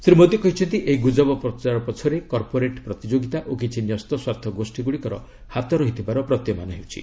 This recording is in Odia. ଶ୍ରୀ ମୋଦୀ କହିଛନ୍ତି ଏହି ଗୁଜବ ପ୍ରଚାର ପଛରେ କର୍ପୋରେଟ୍ ପ୍ରତିଯୋଗୀତା ଓ କିଛି ନ୍ୟସ୍ତ ସ୍ୱାର୍ଥ ଗୋଷ୍ଠୀ ଗୁଡ଼ିକର ହାତ ରହିଥିବାର ପ୍ରତୀୟମାନ ହେଉଛି